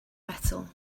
metal